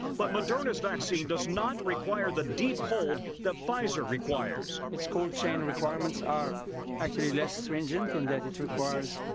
but moderna's vaccine does not require the deep cold that pfizer requires. its cold chain requirements are actually less stringent in that it requires